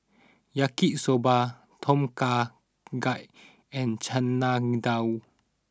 Yaki Soba Tom Kha Gai and Chana Dal